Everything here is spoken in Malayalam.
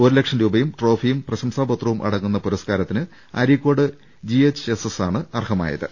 ഒരു ലക്ഷം രൂപയും ട്രോഫിയും പ്രശംസാപത്രവും അടങ്ങുന്ന പുരസ്ക്കാരത്തിന് അരീക്കോട് ജിഎച്ച്എസ്എസ് ആണ് അർഹമായത്